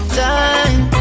time